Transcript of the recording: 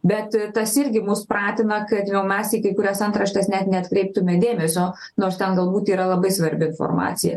bet tas irgi mus pratina kad jau mes į kai kurias antraštes net neatkreiptume dėmesio nors ten galbūt yra labai svarbi informacija